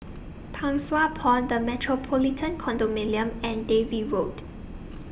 Pang Sua Pond The Metropolitan Condominium and Dalvey Road